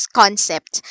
concept